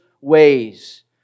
ways